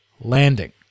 landing